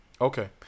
Okay